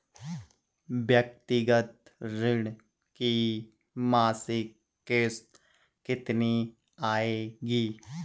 व्यक्तिगत ऋण की मासिक किश्त कितनी आएगी?